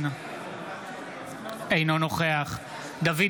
אינו נוכח דוד